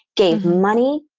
gave money,